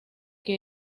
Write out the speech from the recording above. que